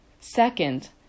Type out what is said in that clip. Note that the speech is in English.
Second